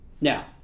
Now